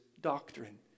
doctrine